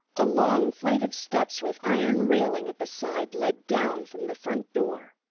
a long flight of steps, with iron railing at the side, led down from the front door,